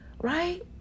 right